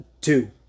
Two